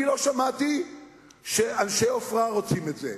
אני לא שמעתי שאנשי עופרה רוצים את זה.